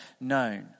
known